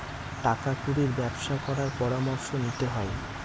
টাকা কুড়ির ব্যবসা করার পরামর্শ নিতে হয়